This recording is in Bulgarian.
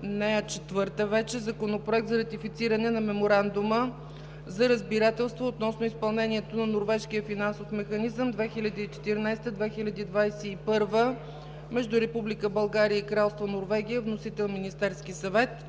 събрание. 4. Законопроект за ратифициране на Меморандума за разбирателство относно изпълнението на Норвежкия финансов механизъм 2014 – 2021 между Република България и Кралство Норвегия. Вносител – Министерският съвет.